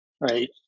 right